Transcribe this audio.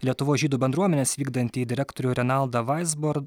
lietuvos žydų bendruomenės vykdantį direktorių renaldą vaizbor